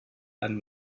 einen